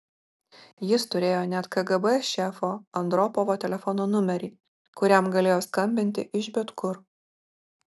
jis turėjo net kgb šefo andropovo telefono numerį kuriam galėjo skambinti iš bet kur